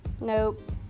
Nope